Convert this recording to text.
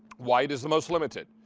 white is the moist limited.